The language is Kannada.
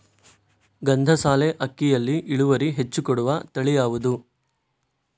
ಗಂಧಸಾಲೆ ಅಕ್ಕಿಯಲ್ಲಿ ಇಳುವರಿ ಹೆಚ್ಚು ಕೊಡುವ ತಳಿ ಯಾವುದು?